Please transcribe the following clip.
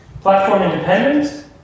platform-independent